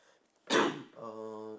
uh